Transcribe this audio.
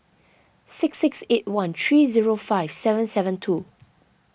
six six eight one three zero five seven seven two